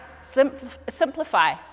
simplify